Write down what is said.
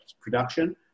production